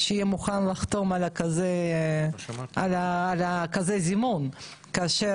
שיהיה מוכן לחתום על כזה זימון כאשר